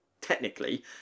technically